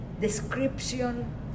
description